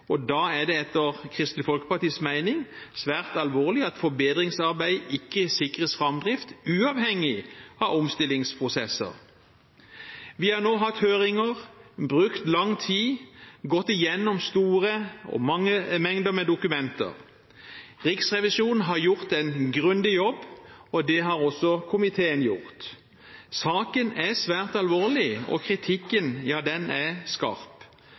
og da er det etter Kristelig Folkepartis mening svært alvorlig at forbedringsarbeidet ikke sikres framdrift uavhengig av omstillingsprosesser. Vi har nå hatt høringer, brukt lang tid og gått igjennom store mengder dokumenter. Riksrevisjonen har gjort en grundig jobb, og det har også komiteen gjort. Saken er svært alvorlig, og kritikken er skarp.